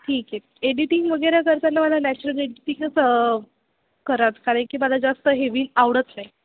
ठीक आहे एडिटिंग वगैरे करताना मला नॅचरल एडिटिंगच करा कारण की मला जास्त हेवी आवडत नाही